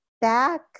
Back